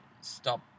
stop